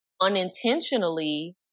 unintentionally